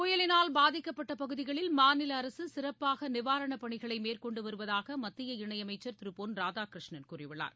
புயலினால் பாதிக்கப்பட்ட பகுதிகளில் மாநில அரசு சிறப்பாக நிவாரணப் பணிகளை மேற்கொண்டு வருவதாக மத்திய இணயமைச்சர் திரு பொன் ராதாகிருஷ்ணன் கூறியுள்ளார்